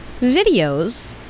videos